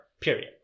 period